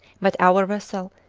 but our vessel,